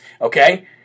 okay